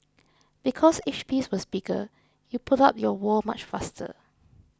because each piece was bigger you put up your wall much faster